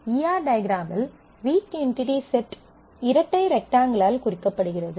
ஈ R டயக்ராமில் weak entity set இரட்டை ரெக்டாங்கிளால் குறிக்கப்படுகிறது